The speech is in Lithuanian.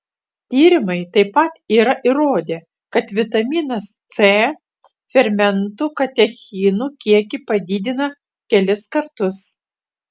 tyrimai taip pat yra įrodę kad vitaminas c fermentų katechinų kiekį padidina kelis kartus